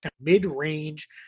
mid-range